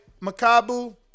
Makabu